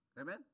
Amen